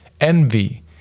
envy